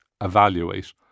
evaluate